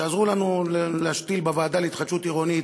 שעזרו לנו להשתיל בוועדה להתחדשות עירונית